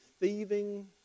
thieving